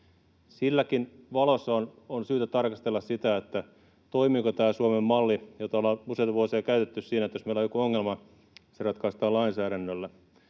Siinäkin valossa on syytä tarkastella sitä, toimiiko tämä Suomen malli, jota ollaan useita vuosia käytetty: jos meillä on joku ongelma, se ratkaistaan lainsäädännöllä.